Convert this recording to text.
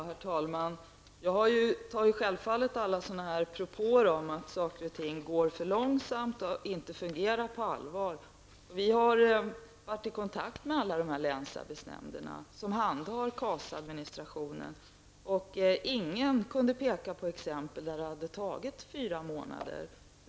Herr talman! Jag tar självfallet alla propåer om att saker och ting går för långsamt och inte fungerar på allvar. Vi har varit i kontakt med alla de länsarbetsnämnder som handhar KAS administrationen, och ingenstans kunde man peka på exempel på fall där handläggningen hade tagit fyra månader.